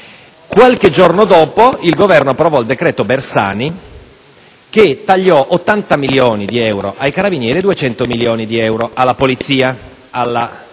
Qualche giorno dopo il Governo approvò il decreto Bersani che tagliò 80 milioni di euro all'Arma dei carabinieri e 200 milioni di euro alla Polizia.